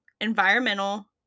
environmental